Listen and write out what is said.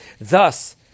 Thus